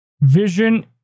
Vision